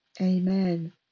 Amen